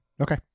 Okay